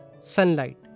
sunlight